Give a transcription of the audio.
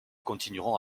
continueront